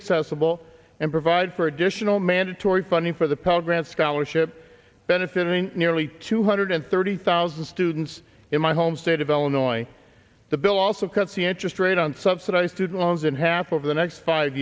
accessible and provide for additional mandatory funding for the program scholarship benefiting nearly two hundred thirty thousand students in my home state of illinois the bill also cuts the interest rate on subsidized student loans in half over the next five